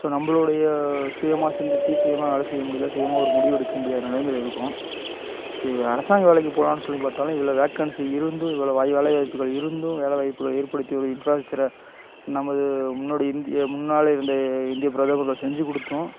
so நம்பளுடைய சுயமாக சிந்திச்சு சுயமாக வேலை செய்ய முடில சுயமாக ஒரு முடிவு எடுக்க முடியாத நிலமைல இருக்கோம் சரி ஒரு அரசாங்க வேலைக்கு போகலான்னு சொல்லி பார்த்தாலும் இவ்வளோ வேக்கன்ஸி இருந்தும் இவ்வளோ வாய் வேலைவாய்ப்புகள் இருந்தும் வேலைவாய்ப்புகள் ஏற்படுத்தி ஒரு இன்ஃப்ராஸ்ட்ச்சரை நமது முன்னோடி இந்திய முன்னால் இருந்த இந்திய பிரதமர்கள் செஞ்சு கொடுத்தும்